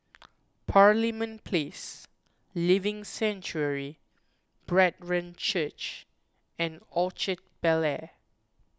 Parliament Place Living Sanctuary Brethren Church and Orchard Bel Air